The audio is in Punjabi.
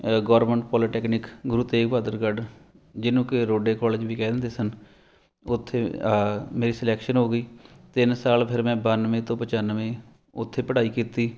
ਗੌਰਮੈਂਟ ਪੋਲੀਟੈਕਨਿਕ ਗੁਰੂ ਤੇਗ ਬਹਾਦਰਗੜ੍ਹ ਜਿਹਨੂੰ ਕਿ ਰੋਡੇ ਕੋਲਜ ਵੀ ਕਹਿ ਦਿੰਦੇ ਸਨ ਉੱਥੇ ਮੇਰੀ ਸਿਲੈਕਸ਼ਨ ਹੋ ਗਈ ਤਿੰਨ ਸਾਲ ਫਿਰ ਮੈਂ ਬਾਨਵੇਂ ਤੋਂ ਪਚਾਨਵੇਂ ਉੱਥੇ ਪੜ੍ਹਾਈ ਕੀਤੀ